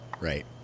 Right